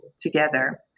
together